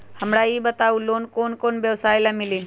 हमरा ई बताऊ लोन कौन कौन व्यवसाय ला मिली?